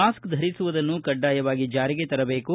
mask ಧರಿಸುವುದನ್ನು ಕಡ್ಡಾಯವಾಗಿ ಜಾರಿಗೆ ತರಬೇಕು